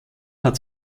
hat